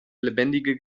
lebendige